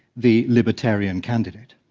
the libertarian candidate.